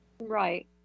Right